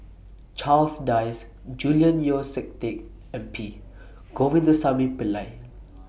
Charles Dyce Julian Yeo See Teck and P Govindasamy Pillai